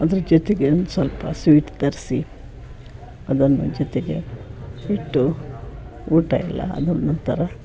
ಅದ್ರ ಜೊತೆಗೆ ಒಂದು ಸ್ವಲ್ಪ ಸ್ವೀಟ್ ತರಿಸಿ ಅದನ್ನು ಜೊತೆಗೆ ಇಟ್ಟು ಊಟ ಎಲ್ಲ ಆದ ನಂತರ